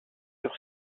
sur